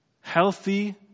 Healthy